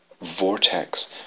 vortex